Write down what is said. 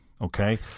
Okay